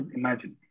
imagine